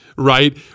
Right